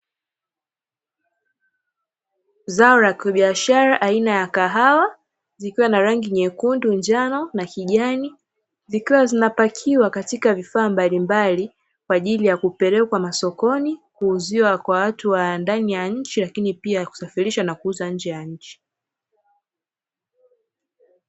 Zao la kibiashara aina ya kahawa zikiwa na rangi nyekundu, njano, na kijani, zikiwa zinapakiwa katika vifaa mbalimbali kwa ajili ya kupelekwa masokoni kuuziwa kwa watu wa ndani ya nchi, lakini pia kusafirisha na kuuza nje ya nchi.